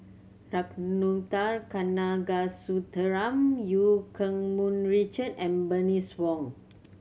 Ragunathar Kanagasuntheram Eu Keng Mun Richard and Bernice Wong